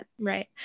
Right